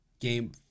game